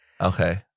Okay